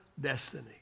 destiny